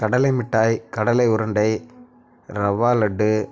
கடலை மிட்டாய் கடலை உருண்டை ரவா லட்டு